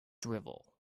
drivel